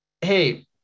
hey